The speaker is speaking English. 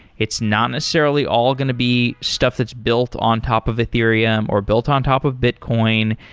it's not necessarily all going to be stuff that's built on top of ethereum, or built on top of bitcoin.